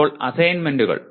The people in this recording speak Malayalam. ഇപ്പോൾ അസൈൻമെന്റുകൾ